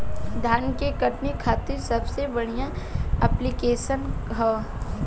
धान के कटनी खातिर सबसे बढ़िया ऐप्लिकेशनका ह?